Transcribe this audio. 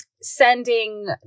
sending